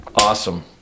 awesome